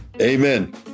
Amen